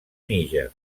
níger